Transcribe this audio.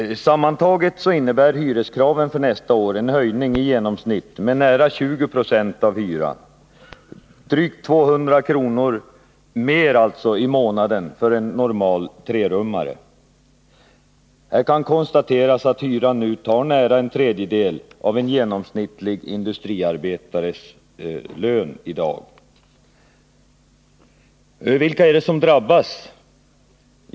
Sammantaget innebär hyreskraven för nästa år en höjning med i genomsnitt nära 20 96 av hyran — alltså drygt 200 kr. mer i månaden för en normal trerummare. Hyran tar i dag nära en tredjedel av en genomsnittlig industriarbetarlön. Vilka är det som drabbas?